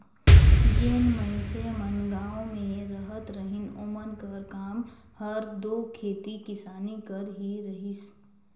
जेन मइनसे मन गाँव में रहत रहिन ओमन कर काम हर दो खेती किसानी कर ही रहिस